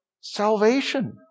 salvation